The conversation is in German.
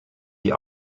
die